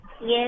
Yes